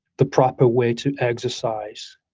the proper way to exercise,